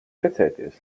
precēties